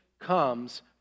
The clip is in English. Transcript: comes